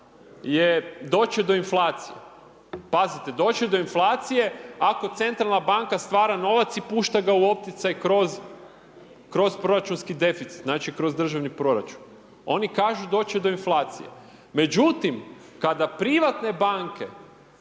je doći do inflacija. Pazite, doći do inflacije ako centralna banka stvar novac i pušta ga u opticaj kroz proračunski deficit, znači kroz državni proračun. Oni kažu doći će do inflacije. Međutim, kada privatne banke